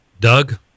Doug